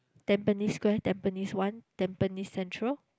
tampines Square tampines one tampines Central